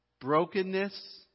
brokenness